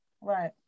Right